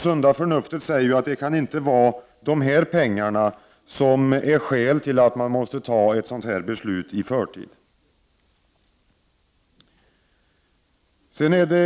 Sunda förnuftet säger ju att det inte kan vara de här pengarna som är skälet för att ta ett sådant här beslut i förtid.